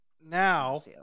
Now